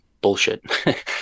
bullshit